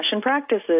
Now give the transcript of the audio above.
practices